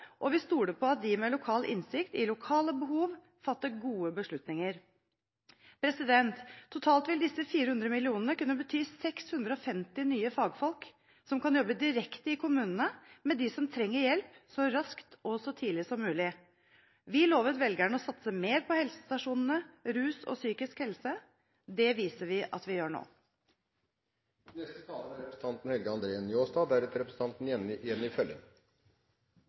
og vi stoler på at de med lokal innsikt i lokale behov fatter gode beslutninger. Totalt vil disse 400 mill. kr kunne bety 650 nye fagfolk som kan jobbe direkte i kommunene med dem som trenger hjelp, så raskt og så tidlig som mulig. Vi lovet velgerne å satse mer på helsestasjonene, rus og psykisk helse. Det viser vi at vi gjør nå. Lat meg begynna med å svara representanten